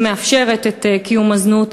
שמאפשרת את קיום הזנות,